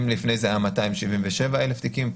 אם לפני זה היו 277,000 תיקים,